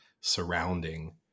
surrounding